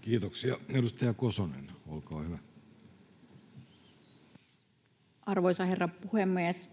Kiitoksia. — Edustaja Kosonen, olkaa hyvä. Arvoisa herra puhemies!